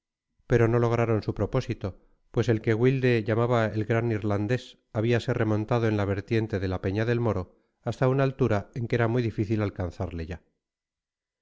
pero no lograron su propósito pues el que wilde llamaba el gran irlandés habíase remontado en la vertiente de la peña del moro hasta una altura en que era muy difícil alcanzarle ya